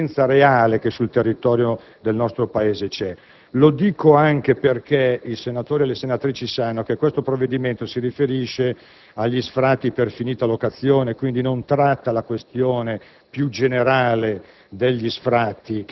da un'esigenza reale che sul territorio del nostro Paese c'è. Lo dico anche perché i senatori e le senatrici sanno che questo provvedimento si riferisce agli sfratti per finita locazione, quindi non tratta la questione